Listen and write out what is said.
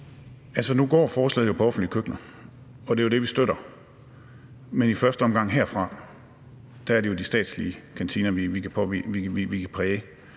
nu går forslaget jo på offentlige køkkener, og det er det, vi støtter, men i første omgang er det de statslige kantiner vi kan præge